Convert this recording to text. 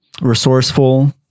resourceful